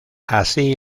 así